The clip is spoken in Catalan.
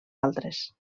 altres